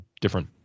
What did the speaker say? different